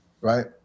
right